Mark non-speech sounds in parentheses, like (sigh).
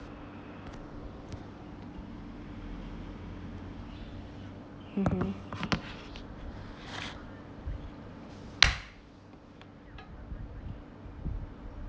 (uh huh) (noise)